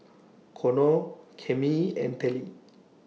Connor Cammie and Telly